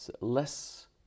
less